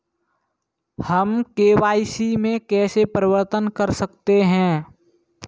हम के.वाई.सी में कैसे परिवर्तन कर सकते हैं?